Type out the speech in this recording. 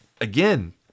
again